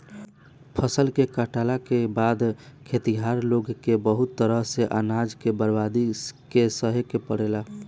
फसल के काटला के बाद खेतिहर लोग के बहुत तरह से अनाज के बर्बादी के सहे के पड़ेला